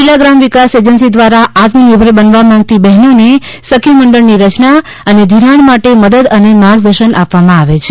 જિલ્લા ગ્રામ વિકાસ એજન્સિ દ્વારા આત્મનિર્ભર બનવા માંગતી બહેનોને સખી મંડળની રચના અને ધિરાણ માટે મદદ અને માર્ગદર્શન આપવામાં આવે છે